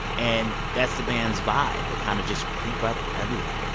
and that's the band's vibe. and kind of just creep up everywhere.